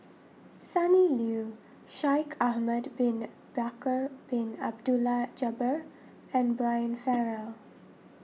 Sonny Liew Shaikh Ahmad Bin Bakar Bin Abdullah Jabbar and Brian Farrell